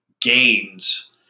gains